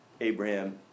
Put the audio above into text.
Abraham